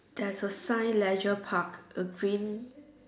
there's a sign Leisure Park a green